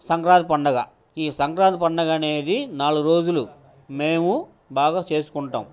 సంక్రాంతి పండగ ఈ సంక్రాంతి పండగ అనేది నాలుగు రోజులు మేము బాగా చేసుకుంటాం